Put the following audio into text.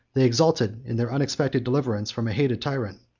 they exulted in their unexpected deliverance from a hated tyrant,